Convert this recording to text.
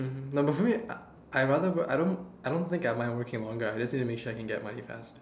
mmhmm number three I I rather work I don't I don't think I mind working longer I just need to make sure I can get money fast